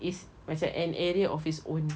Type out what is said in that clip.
is macam an area of its own